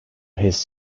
his